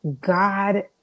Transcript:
God